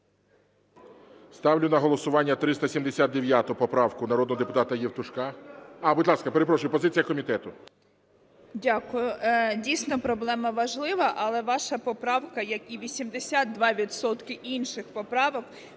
Ставлю на голосування 379 поправку народного депутата Євтушка… А, будь ласка, перепрошую, позиція комітету. 14:01:34 ЗАБУРАННА Л.В. Дякую. Дійсно, проблема важлива, але ваша поправка як і 82 відсотки інших поправок